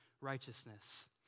righteousness